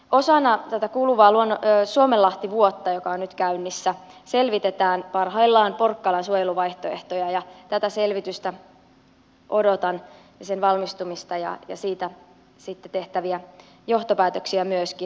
osana tätä kuluvaan suomenlahti vuotta joka on nyt käynnissä selvitetään parhaillaan porkkalan suojeluvaihtoehtoja ja tätä selvitystä odotan ja sen valmistumista ja siitä sitten tehtäviä johtopäätöksiä myöskin